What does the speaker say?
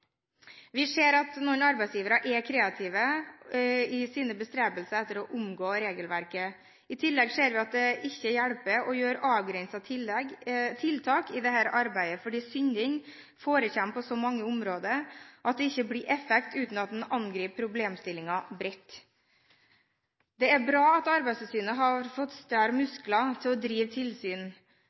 å omgå regelverket. I tillegg ser vi at det ikke hjelper å gjøre avgrensede tiltak i dette arbeidet, fordi det syndes på så mange områder at det ikke blir effekt uten at en angriper problemstillingen bredt. Det er bra at Arbeidstilsynet har fått større muskler til å drive tilsyn.